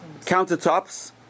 Countertops